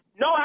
No